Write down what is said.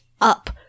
up